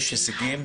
יש הישגים,